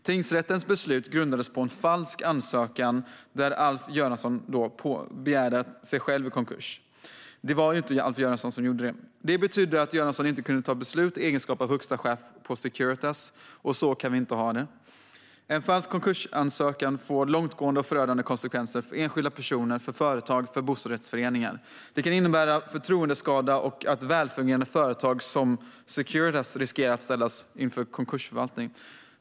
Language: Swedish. Tingsrättens beslut grundades på en falsk ansökan där Alf Göransson alltså begärde sig själv i konkurs, men det var ju inte Alf Göransson som gjorde det. Detta betydde att Göransson inte kunde ta beslut i egenskap av högsta chef på Securitas, och så kan vi inte ha det. En falsk konkursansökan får långtgående och förödande konsekvenser för enskilda personer, företag och bostadsrättsföreningar. Det kan innebära förtroendeskada och att välfungerande företag, som Securitas, riskerar att ställas under konkursförvaltning.